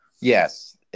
Yes